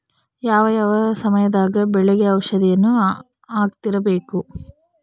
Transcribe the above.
ಯಾವ ಯಾವ ಸಮಯದಾಗ ಬೆಳೆಗೆ ಔಷಧಿಯನ್ನು ಹಾಕ್ತಿರಬೇಕು?